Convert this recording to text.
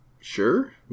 Sure